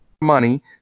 money